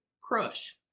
crush